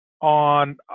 on